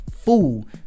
fool